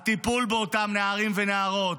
הטיפול באותם נערים ונערות.